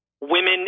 women